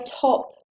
top